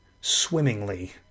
swimmingly